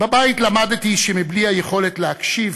בבית למדתי שבלי היכולת להקשיב